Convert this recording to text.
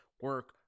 Work